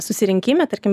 susirinkime tarkim